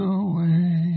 away